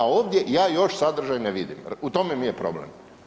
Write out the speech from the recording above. A ovdje ja još sadržaj ne vidim u tome mi je problem.